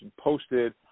posted